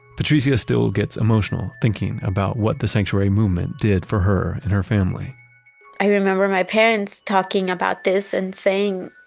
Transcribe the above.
patricia still gets emotional thinking about what the sanctuary movement did for her and her family i remember my parents talking about this and saying,